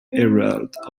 herald